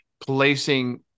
placing